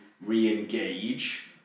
re-engage